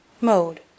Mode